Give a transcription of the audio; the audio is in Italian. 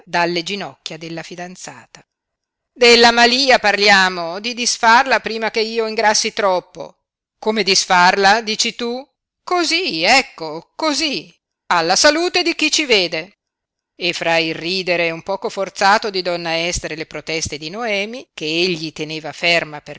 dalle ginocchia della fidanzata della malía parliamo di disfarla prima che io ingrassi troppo come disfarla dici tu cosí ecco cosí alla salute di chi ci vede e fra il ridere un poco forzato di donna ester e le proteste di noemi che egli teneva ferma